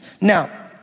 Now